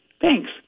Thanks